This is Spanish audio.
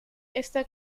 está